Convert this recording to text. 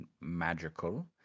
magical